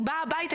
היא באה הביתה,